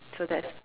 so that's